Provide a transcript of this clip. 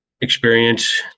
experience